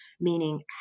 Meaning